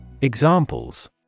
Examples